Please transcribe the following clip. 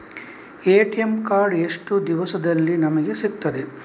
ATM card ಎಷ್ಟು ದಿವಸದಲ್ಲಿ ನಮಗೆ ಸಿಗುತ್ತದೆ?